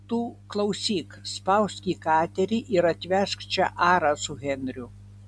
tu klausyk spausk į katerį ir atvežk čia arą su henriu